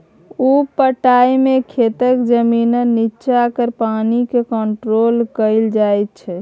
उप पटाइ मे खेतक जमीनक नीच्चाँ केर पानि केँ कंट्रोल कएल जाइत छै